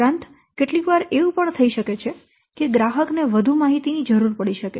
ઉપરાંત કેટલીકવાર એવું પણ થઈ શકે છે કે ગ્રાહક ને વધુ માહિતી ની જરૂર પડી શકે